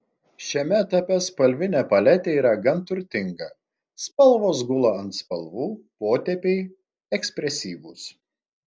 šiame etape spalvinė paletė yra gan turtinga spalvos gula ant spalvų potėpiai ekspresyvūs